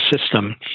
system